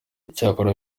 icyakora